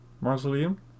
mausoleum